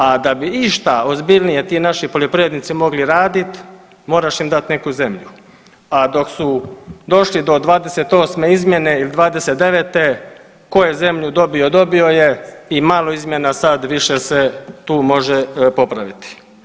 A da bi išta ozbiljnije ti naši poljoprivrednici mogli radit moraš im dat neku zemlju, a dok su došli do 28.izmjene ili 29., ko je zemlju dobio, dobio je i malo izmjena sad više se tu može popraviti.